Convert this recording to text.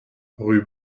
rue